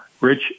Rich